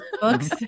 books